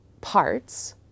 parts